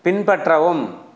பின்பற்றவும்